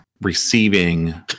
receiving